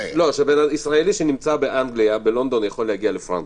ישראלי שנמצא בלונדון יכול להגיע לפרנקפורט.